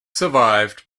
survived